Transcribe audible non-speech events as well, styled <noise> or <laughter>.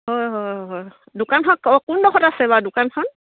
হয় হয় হয় দোকানখন <unintelligible> কোনডোখৰত আছে বাৰু দোকানখন